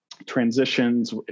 transitions